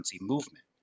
movement